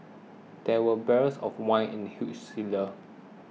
there were barrels of wine in the huge cellar